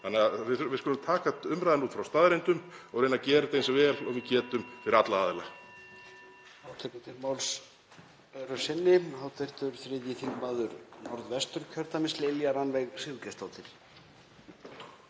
við skulum taka umræðuna út frá staðreyndum og reyna að gera þetta eins vel og við getum fyrir alla aðila.